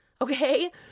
Okay